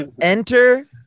Enter